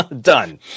Done